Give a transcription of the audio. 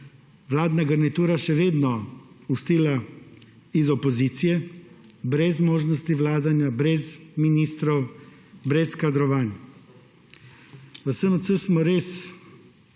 vladna garnitura še vedno ustila iz opozicije brez možnosti vladanja, brez ministrov, brez kadrovanj. V SMC smo res hoteli